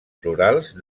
florals